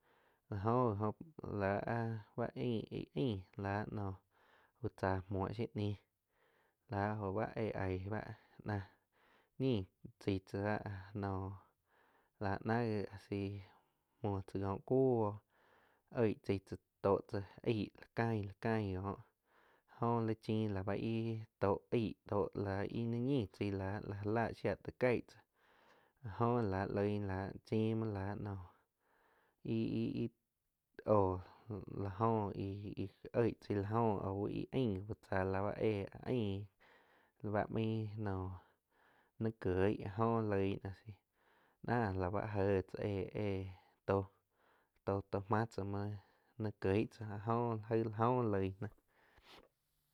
La jo gi oh láh áh bá éh aing la no úh tzá muo shiu ñiu, la báh jo éh aig náh ñin chaig tzáh áh noh laa na gíh asi muoh tsá có cuoh oh oig tzai tzá tóh tsá aig la cain, la cain kóh jóh li chin la ba íh tóh aig la íh naig ñiin chai láh jáh lá shia taig caig tzáh áh jó la loig náh chim muoh la nóh íh-íh óh joh íh oih tzai la joh aug íh ain uh tzá la báh éh ain ba main noh ni kieg a jóh loig náh asi nah la bá jéh éh-éh tóh-tóh máh tzá muoh ni kieg tzá áh jóh aig la jóh loig náh.